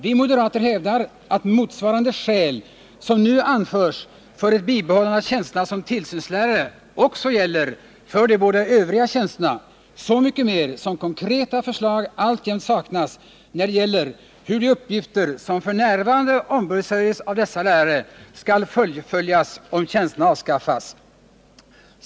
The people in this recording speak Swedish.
Vi moderater hävdar att motsvarande skäl som nu anförs för bibehållande av tjänsterna som tillsynslärare också gäller för de båda övriga tjänsterna, så mycket mer som konkreta förslag alltjämt saknas när det gäller hur de uppgifter som f. n. ombesörjs av dessa lärare skall fullföljas om tjänsterna avskaffas.